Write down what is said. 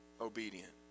obedient